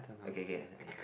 okay k !aiya!